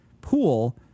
pool